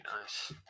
nice